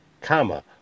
Comma